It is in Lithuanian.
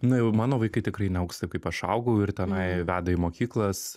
na jau mano vaikai tikrai neaugs taip kaip aš augau ir tenai veda į mokyklas